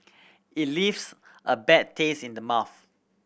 it leaves a bad taste in the mouth